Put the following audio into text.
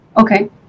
okay